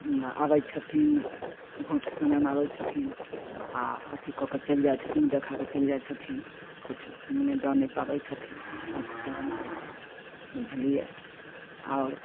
आबै छथिन भोटके समयमे आबै छथिन आ अथी कऽ कऽ चलि जाइ छथिन देखा कऽ चलि जाइ छथिन किछु मने दऽ नहि पाबै छथिन भोटके समयमे आबि कऽ बुझलियै आओर